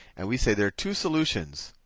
and we say there two solutions,